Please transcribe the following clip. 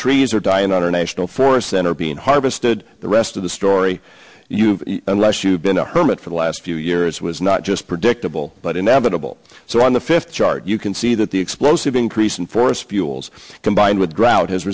trees are dying on our national forests that are being harvested the rest of the story you unless you've been a hermit for the last few years was not just predictable but inevitable so on the fifth chart you can see that the explosive increase in forest fuels combined with drought has